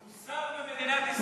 הוא שר במדינת ישראל.